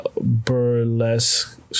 burlesque